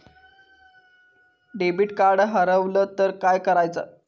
Debit card हरवल तर काय करायच?